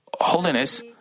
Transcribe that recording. holiness